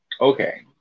Okay